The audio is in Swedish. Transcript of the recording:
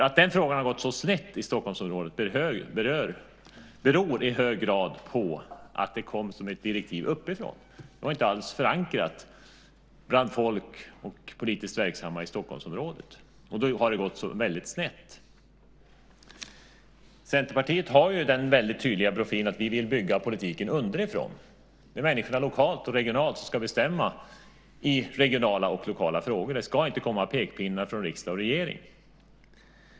Att den frågan gått så snett i Stockholmsområdet beror i hög grad på att den kom i form av ett direktiv uppifrån. Frågan var inte alls förankrad bland folk och politiskt verksamma i Stockholmsområdet, och därför har det hela gått väldigt snett. Centerpartiet har den mycket tydliga profilen att vi vill bygga politiken underifrån. Människorna ska lokalt och regionalt bestämma i lokala och regionala frågor. Det ska inte komma pekpinnar från riksdag och regering.